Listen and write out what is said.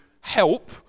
help